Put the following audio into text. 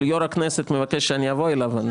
יושב ראש הכנסת מבקש שאני אבוא אליו.